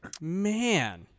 man